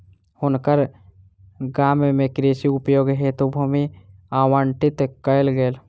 हुनकर गाम में कृषि उपयोग हेतु भूमि आवंटित कयल गेल